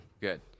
Good